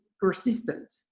persistent